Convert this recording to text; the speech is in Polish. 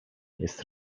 jest